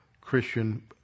Christian